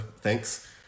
thanks